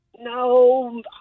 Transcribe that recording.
No